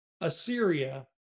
Assyria